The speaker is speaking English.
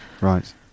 Right